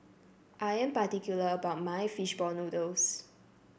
I am particular about my fish ball noodles